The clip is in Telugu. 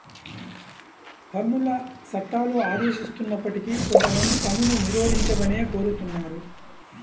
పన్నుల చట్టాలు ఆదేశిస్తున్నప్పటికీ కొంతమంది పన్నును నిరోధించమనే కోరుతున్నారు